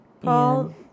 Paul